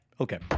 Okay